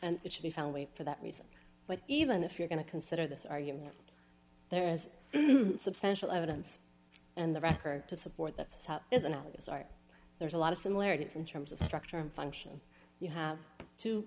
and it should be found way for that reason but even if you're going to consider this argument there is substantial evidence and the record to support that is analogous art there's a lot of similarities in terms of structure and function you have t